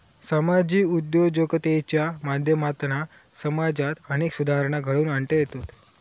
सामाजिक उद्योजकतेच्या माध्यमातना समाजात अनेक सुधारणा घडवुन आणता येतत